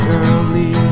early